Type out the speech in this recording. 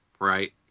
right